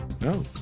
No